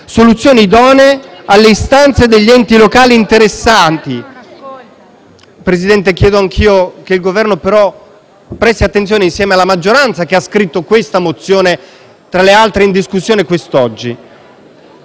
soluzioni idonee alle istanze degli enti locali interessati - Presidente, chiedo anch'io che il Governo presti attenzione, insieme alla maggioranza che ha scritto questa mozione, tra le altre in discussione quest'oggi